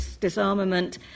disarmament